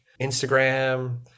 Instagram